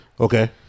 okay